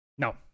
no